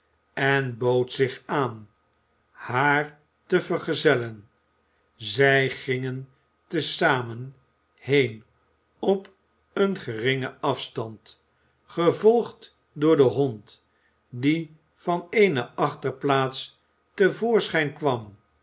en bood zich aan haar te vergezellen zij gingen te zamen heen op een geringen afstand gevolgd door den hond die van eene achterplaats te voorschijn kwam